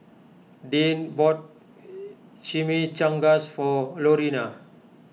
Deanne bought Chimichangas for Lorena